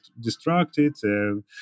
distracted